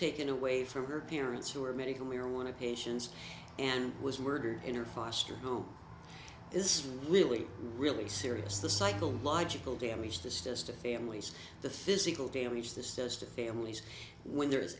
taken away from her parents who are medical marijuana patients and was murdered in her foster home is really really serious the psychological damage this just to families the physical damage the says to families when there